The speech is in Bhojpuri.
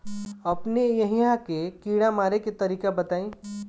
अपने एहिहा के कीड़ा मारे के तरीका बताई?